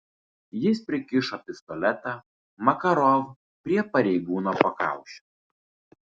jis prikišo pistoletą makarov prie pareigūno pakaušio